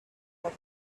what